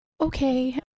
okay